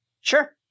Sure